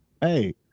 Hey